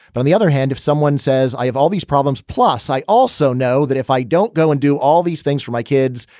but on the other hand, if someone says i have all these problems, plus, i also know that if i don't go and do all these things for my kids,